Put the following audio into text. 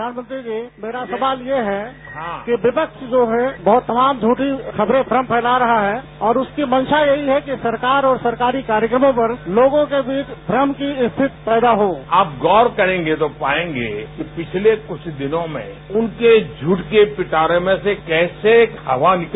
प्रधानमंत्री जी से मेरा सवाल ये है कि विपक्ष जो है बहत तमाम झठी खबरे फैला रहा है और उसकी मंगा में ही है कि सरकार और सरकारी कार्यक्रमों पर लोगों के बीच भ्रम की स्थिति पैदा हो आप गौर करेंगे तो पायेंगे कि पिछले क्छ दिनों में उनके झूठ के पिटारे में से कैसे एक हवा निकली